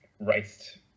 raced